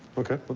ok but